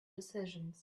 decisions